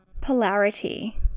polarity